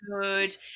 good